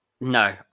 No